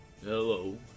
Hello